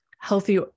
healthy